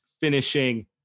finishing